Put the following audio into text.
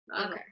okay